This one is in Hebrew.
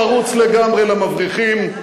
פרוץ לגמרי למבריחים,